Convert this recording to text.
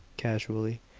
casually,